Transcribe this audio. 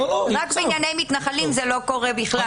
רק בענייני מתנחלים זה לא קורה בכלל.